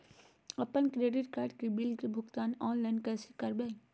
अपन credit card के bill के भुगतान ऑनलाइन कैसे करबैय?